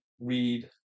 read